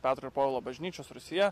petro ir povilo bažnyčios rūsyje